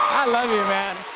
love you, man.